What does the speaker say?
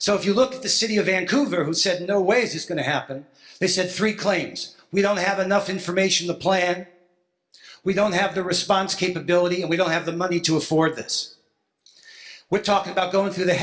you look at the city of vancouver who said no ways it's going to happen they said three claims we don't have enough information to play and we don't have the response capability and we don't have the money to afford this we're talking about going through the